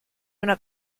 una